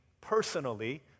personally